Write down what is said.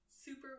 super